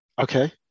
Okay